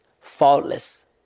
faultless